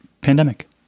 pandemic